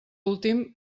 últim